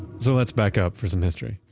so let's back up for some history.